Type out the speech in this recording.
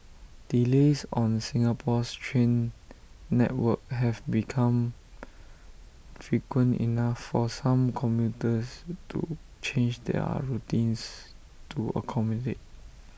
delays on Singapore's train network have become frequent enough for some commuters to change their routines to accommodate them